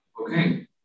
Okay